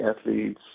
athletes